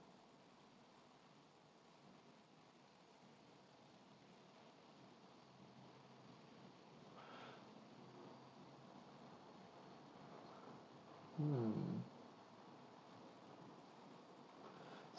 hmm